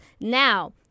Now